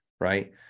right